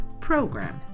program